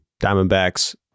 Diamondbacks